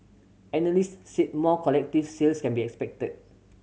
analysts said more collective sales can be expected